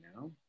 now